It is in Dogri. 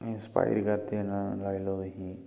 इंसपाइयर करदे न लाई लैओ तुसें